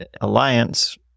Alliance